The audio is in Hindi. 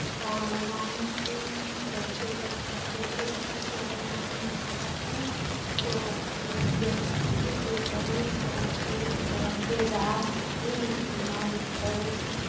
और लाइन से हम कैसे बचें जैसे किसी को अगर लाइन मार दे तो उस व्यक्ति के शरीर को हम पूरी तरह से राख से उसकी मालिश करें